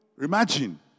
Imagine